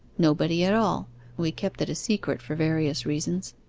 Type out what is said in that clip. nobody at all we kept it a secret for various reasons